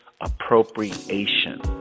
appropriation